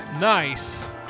Nice